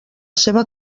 seva